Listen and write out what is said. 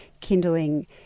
kindling